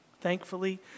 Thankfully